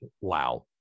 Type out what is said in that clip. Wow